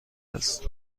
است